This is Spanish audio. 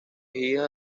hija